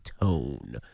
tone